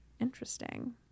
Interesting